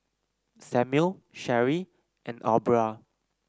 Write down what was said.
Samuel Cherie and Aubra